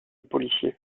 policier